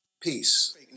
Peace